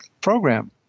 program